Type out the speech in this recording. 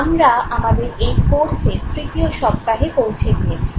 আমরা আমাদের এই কোর্সের তৃতীয় সপ্তাহে পৌঁছে গিয়েছি